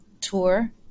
tour